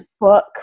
book